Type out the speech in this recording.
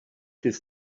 his